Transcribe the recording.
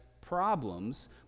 problems